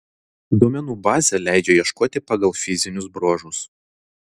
duomenų bazė leidžia ieškoti pagal fizinius bruožus